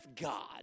God